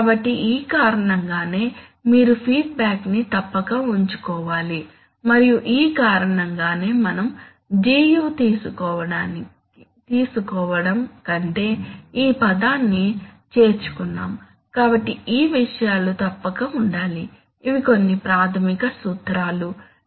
కాబట్టి ఈ కారణంగానే మీరు ఫీడ్బ్యాక్ ని తప్పక ఉంచుకోవాలి మరియు ఆ కారణంగానే మనం Gu తీసుకోవడం కంటే ఈ పదాన్ని చేర్చుకున్నాము కాబట్టి ఈ విషయాలు తప్పక ఉండాలి ఇవి కొన్ని ప్రాథమిక సూత్రాలు ఇవి నియంత్రణలో గ్రహించబడాలి